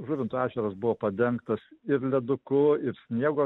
žuvinto ežeras buvo padengtas ir leduku ir sniego